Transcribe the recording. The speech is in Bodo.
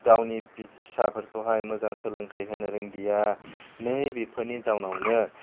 गावनि फिसाफोरखौहाय मोजां सोलोंथाइ होनो रोंदिया नै बेफोरनि जाउनावनो